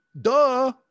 Duh